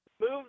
Move